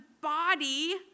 body